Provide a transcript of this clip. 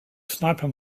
sniper